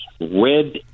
Red